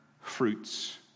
fruits